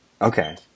Okay